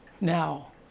now